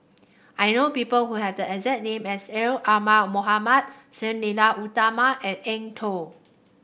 I know people who have the exact name as L Omar Mohamed Sang Nila Utama and Eng Tow